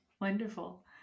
Wonderful